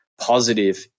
positive